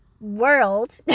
world